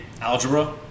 algebra